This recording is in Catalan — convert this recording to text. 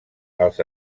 als